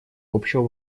общего